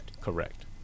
correct